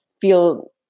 feel